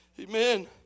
Amen